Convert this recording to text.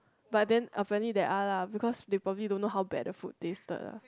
but then apparently there are lah because they probably don't know how bad the food tasted lah